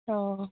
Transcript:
औ